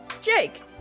Jake